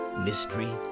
mystery